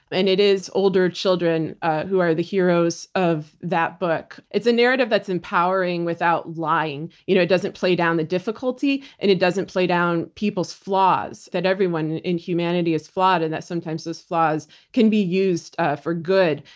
and it is older children who are the heroes of that book. it's a narrative that's empowering without lying. you know it doesn't play down the difficulty and it doesn't play down people's flaws, that everyone in humanity is flawed and that sometimes these flaws can be used ah for good.